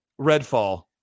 Redfall